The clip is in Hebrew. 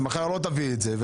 אז מחר לא תביא את זה,